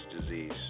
disease